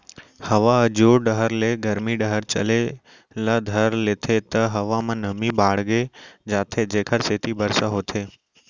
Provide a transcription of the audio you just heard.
हवा ह जुड़ डहर ले गरमी डहर चले ल धर लेथे त हवा म नमी बाड़गे जाथे जेकर सेती बरसा होथे